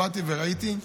באתי וראיתי,